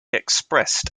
expressed